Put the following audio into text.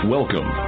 Welcome